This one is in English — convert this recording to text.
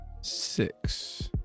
six